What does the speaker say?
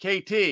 KT